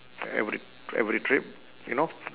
every every trip you know